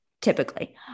typically